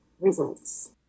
results